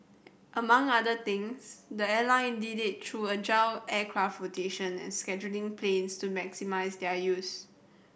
among other things the airline did it through agile aircraft rotation and scheduling planes to maximise their use